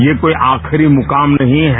ये कोई आखिरी मुकाम नहीं है